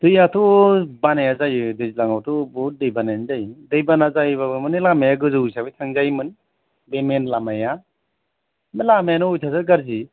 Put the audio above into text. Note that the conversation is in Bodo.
दैआथ' बानाया जायो दैज्लाङावथ' बुहुथ दैबानायानो जायो दै बाना जायोबाबो मानि लामाया गोजौ हिसाबै थांजायोमोन बे मेन लामाया दा लामायानो अयथासार गाज्रि